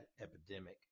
epidemic